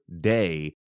day